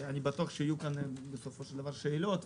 אני בטוח שיהיו בסופו של דבר שאלות,